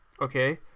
Okay